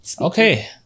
okay